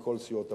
מכל סיעות הבית.